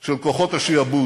של כוחות השעבוד.